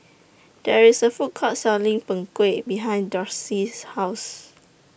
There IS A Food Court Selling Png Kueh behind Darcy's House